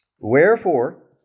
Wherefore